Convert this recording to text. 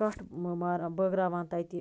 کَٹھ بٲگراوان تَتہِ